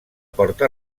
porta